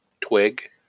twig